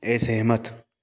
असहमत